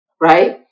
right